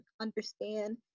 understand